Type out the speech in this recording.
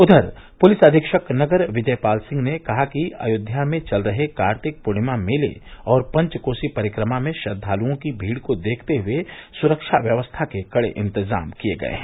उधर पुलिस अधीक्षक नगर विजय पाल सिंह ने कहा कि अयोध्या में चल रहे कार्तिक पूर्णिमा मेले और पंचकोसी परिक्रमा में श्रद्वालुओं की भीड़ को देखते हुए सुरक्षा व्यवस्था के कड़े इंतजाम किये गये हैं